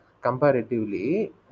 Comparatively